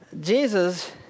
Jesus